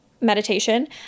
meditation